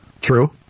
True